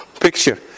picture